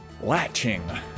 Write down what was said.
latching